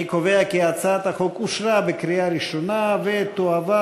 אני קובע כי הצעת החוק אושרה בקריאה ראשונה ותועבר